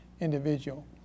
individual